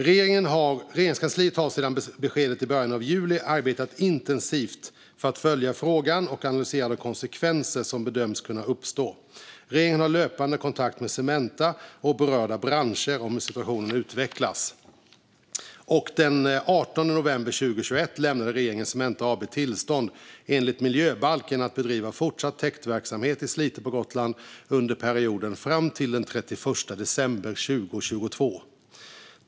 Regeringskansliet har sedan beskedet i början av juli arbetat intensivt för att följa frågan och analysera de konsekvenser som bedöms kunna uppstå. Regeringen har löpande kontakt med Cementa och berörda branscher om hur situationen utvecklas. Den 18 november 2021 lämnade regeringen Cementa AB tillstånd enligt miljöbalken att bedriva fortsatt täktverksamhet i Slite på Gotland under perioden fram till den 31 december 2022.